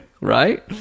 right